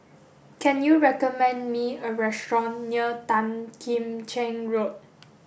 can you recommend me a restaurant near Tan Kim Cheng Road